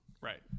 right